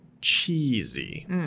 cheesy